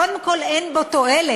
קודם כול, אין בו תועלת,